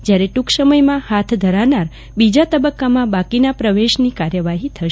જયારે ટુંક સમયમાં હાથ ધરાનાર બીજા તબક્કામાં બાકીના પ્રવેશની કાર્યવાહી થશે